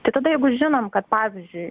tai tada jeigu žinom kad pavyzdžiui